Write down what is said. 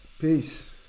Peace